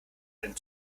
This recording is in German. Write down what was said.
ein